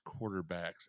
quarterbacks